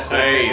say